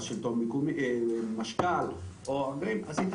אז היא,